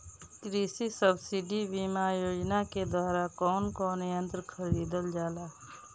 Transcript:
कृषि सब्सिडी बीमा योजना के द्वारा कौन कौन यंत्र खरीदल जाला?